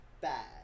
bad